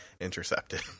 intercepted